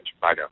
Bye